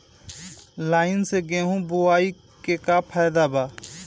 Line से गेहूं बोआई के का फायदा बा?